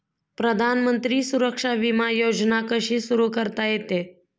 प्रधानमंत्री सुरक्षा विमा योजना कशी सुरू करता येते?